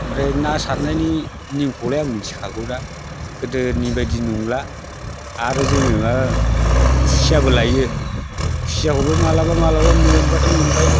ओमफ्राय ना सारनायनि निअम खौलाय आं मिथिखागौ ना गोदोनि बायदि नंला आरो जोङो मा खुसियाबो लायो खुसियाखौबो माब्लाबा माब्लाबा मोनब्लाथाय मोनबाय